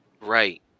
Right